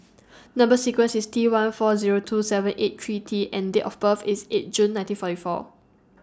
Number sequence IS T one four Zero two seven eight three T and Date of birth IS eight June nineteen forty four